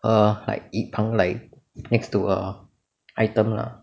uh like 一旁 like next to a item lah